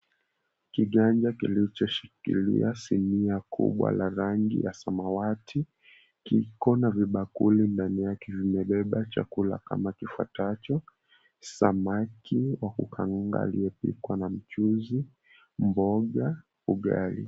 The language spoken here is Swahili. Kiganja kilichoshikilia sinia kubwa la rangi ya samawati kiko na vibakuli ndani yake vimebeba chakula kama kifuatacho; samaki wakukaanga aliyepikwa na mchuuzi, mboga, ugali.